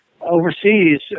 overseas